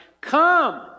come